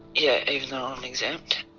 yeah, even though i'm exempt.